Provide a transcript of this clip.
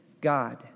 God